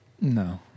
No